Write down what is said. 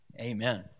Amen